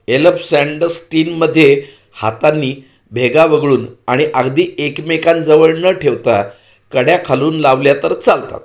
एलबसँडस्टीनमध्ये हातांनी भेगा वगळून आणि अगदी एकमेकांजवळ न ठेवता कड्या खालून लावल्या तर चालतात